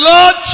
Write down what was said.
Lord